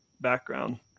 background